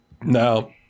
Now